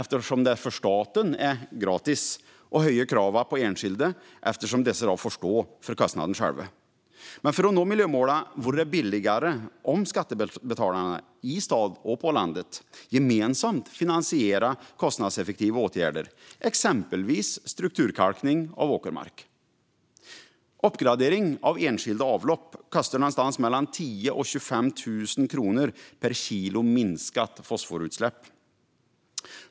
För staten är det "gratis" att höja kraven på enskilda, eftersom dessa får stå för kostnaden själva. Men för att nå miljömålen vore det billigare om skattebetalarna i stad och på landet gemensamt finansierar kostnadseffektiva åtgärder, exempelvis strukturkalkning av åkermark. Uppgradering av enskilda avlopp kostar någonstans mellan 10 000 och 25 000 kronor per kilo minskat fosforutsläpp.